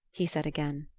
he said again.